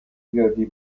دادی